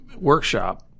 workshop